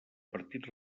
partit